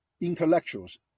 intellectuals